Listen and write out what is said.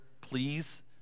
please